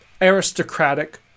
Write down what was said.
aristocratic